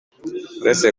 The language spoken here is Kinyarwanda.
uretse